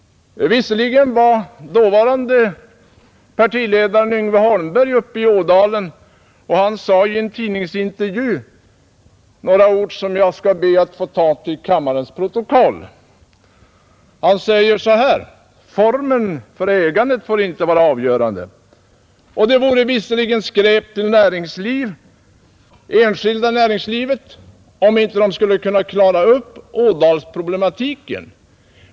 Visserligen var dåvarande partiledaren Yngve Holmberg uppe i Ådalen. Han sade i en tidningsintervju några ord som jag skall be att få läsa in till kammarens protokoll. Han sade:”Formen för ägande får inte vara avgörande ———. Det vore visserligen skräp om inte det enskilda näringslivet skulle kunna medverka till att lösa Ådalsproblematiken ———.